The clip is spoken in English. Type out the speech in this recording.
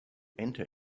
enter